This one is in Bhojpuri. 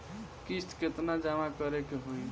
किस्त केतना जमा करे के होई?